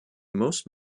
most